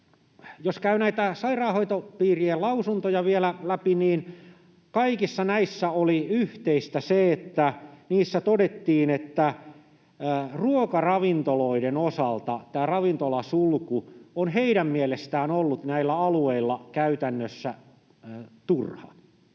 Jos käy näitä sairaanhoitopiirien lausuntoja läpi, niin kaikissa näissä oli yhteistä se, että niissä todettiin, että ruokaravintoloiden osalta tämä ravintolasulku on heidän mielestään ollut näillä alueilla käytännössä turha